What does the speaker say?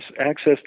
access